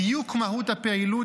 דיוק מהות הפעילות,